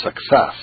success